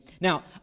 Now